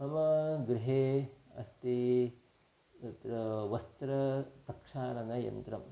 मम गृहे अस्ति तत्र वस्त्रप्रक्षालनयन्त्रम्